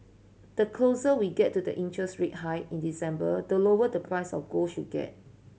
the closer we get to the interest rate hike in December the lower the price of gold should get